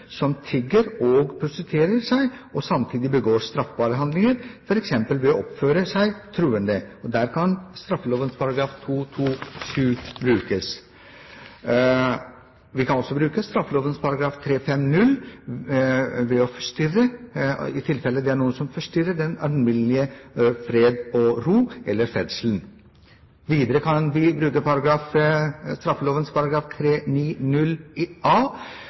som tigger og prostituerer seg, og samtidig begår straffbare handlinger f.eks. ved å oppføre seg truende. Der kan også straffeloven § 227 brukes. Vi kan også bruke straffeloven § 350 i tilfeller der noen forstyrrer den alminnelige fred og ro eller ferdsel. Videre kan vi bruke straffeloven § 390 a i tilfeller der noen skremmer eller er plagsomme overfor andre mennesker. I